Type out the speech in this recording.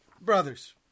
brothers